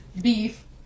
beef